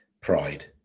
pride